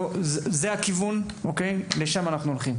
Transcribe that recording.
זה הכיוון ולשם אנחנו הולכים.